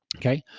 okay.